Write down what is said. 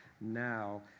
now